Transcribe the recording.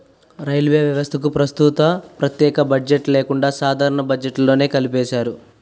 railway వ్యవస్థకు ప్రస్తుతం ప్రత్యేక బడ్జెట్ లేకుండా సాధారణ బడ్జెట్లోనే కలిపేశారు